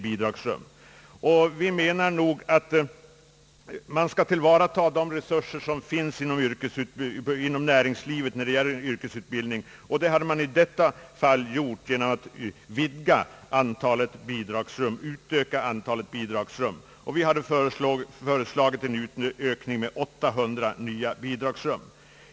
Jag anser att man skall tillvarata de resurser som finns inom näringslivet när det gäller yrkesutbildningen, vilket man i detta fall hade kunnat göra genom att vidga antalet bidragsrum. Vi har föreslagit en ökning med 800 nya bidragsrum.